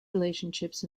relationships